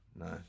no